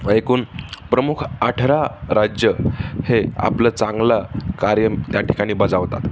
एकूण प्रमुख अठरा राज्य हे आपलं चांगलं कार्य त्या ठिकाणी बजावतात